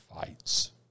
fights